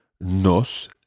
Nos